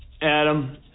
Adam